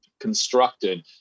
constructed